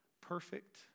perfect